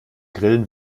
grillen